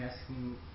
asking